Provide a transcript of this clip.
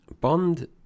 Bond